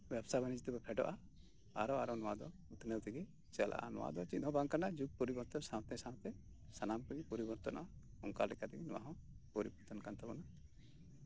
ᱵᱮᱵᱽᱥᱟ ᱵᱟᱹᱱᱤᱡᱽ ᱨᱮᱵᱚᱱ ᱯᱷᱮᱰᱚᱜᱼᱟ ᱟᱨ ᱟᱨᱦᱚᱸ ᱟᱨᱦᱚᱸ ᱟᱨᱦᱚᱸ ᱱᱚᱶᱟ ᱫᱚ ᱩᱛᱱᱟᱹᱣ ᱛᱮᱜᱮ ᱪᱟᱞᱟᱜᱼᱟ ᱱᱚᱶᱟ ᱫᱚ ᱪᱮᱫ ᱦᱚᱸ ᱵᱟᱝ ᱠᱟᱱᱟ ᱡᱩᱜᱽ ᱯᱚᱨᱤᱵᱚᱨᱛᱚᱱ ᱥᱟᱶᱛᱮ ᱥᱟᱶᱛᱮ ᱥᱟᱱᱟᱢ ᱠᱚᱜᱮ ᱯᱚᱨᱤᱵᱚᱨᱛᱚᱱᱟᱜᱼᱟ ᱚᱱᱠᱟ ᱞᱮᱠᱟᱛᱮᱜᱮ ᱱᱚᱣᱟ ᱦᱚᱸ ᱯᱚᱨᱤᱵᱚᱨᱛᱚᱱ ᱟᱠᱟᱱ ᱛᱟᱵᱚᱱᱟ